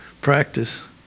practice